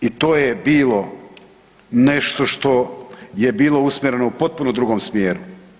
I to je bilo nešto što je bilo usmjereno u potpuno drugom smjeru.